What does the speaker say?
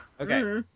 Okay